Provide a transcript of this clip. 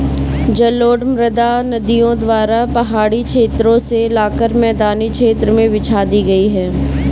जलोढ़ मृदा नदियों द्वारा पहाड़ी क्षेत्रो से लाकर मैदानी क्षेत्र में बिछा दी गयी है